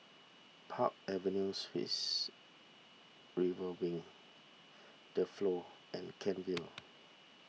Park Avenue Suites River Wing the Flow and Kent Vale